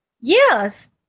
Yes